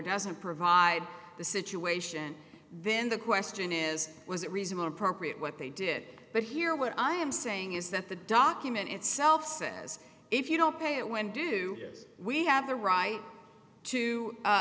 doesn't provide the situation then the question is was it reasonable pro create what they did but here what i am saying is that the document itself says if you don't pay it when do we have the right to